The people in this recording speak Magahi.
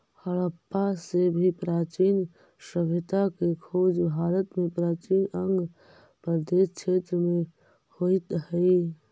हडप्पा से भी प्राचीन सभ्यता के खोज भारत में प्राचीन अंग प्रदेश क्षेत्र में होइत हई